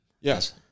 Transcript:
Yes